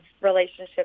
relationship